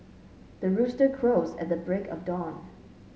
the rooster crows at the break of dawn